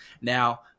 Now